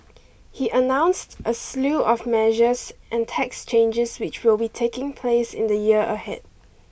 he announced a slew of measures and tax changes which will be taking place in the year ahead